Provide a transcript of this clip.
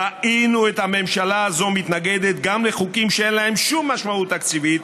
ראינו את הממשלה הזאת מתנגדת גם לחוקים שאין להם שום משמעות תקציבית.